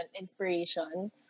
inspiration